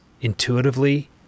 intuitively